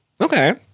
Okay